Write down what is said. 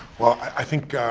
well, i think